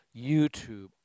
YouTube